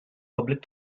public